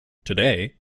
today